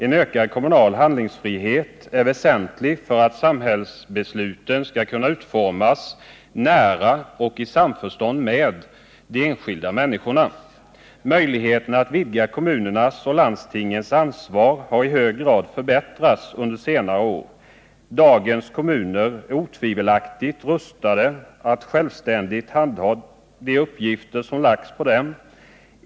En ökad kommunal handlingsfrihet är väsentlig för att samhällsbesluten skall kunna utformas i nära samförstånd med de enskilda människorna. Möjligheterna att vidga kommunernas och landstingens ansvar har i hög grad förbättrats under senare år. Dagens kommuner är otvivelaktigt rustade att självständigt handha de uppgifter som lagts på dem.